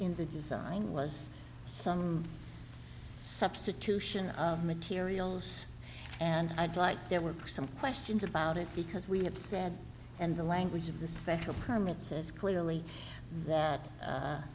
in the design was some substitution of materials and i'd like there were some questions about it because we have said and the language of the special permit says clearly that